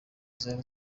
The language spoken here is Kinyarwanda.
zari